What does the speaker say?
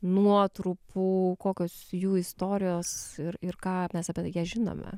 nuotrupų kokios jų istorijos ir ir ką mes apie ją žinome